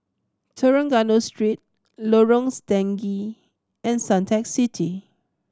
Trengganu Street Lorong Stangee and Suntec City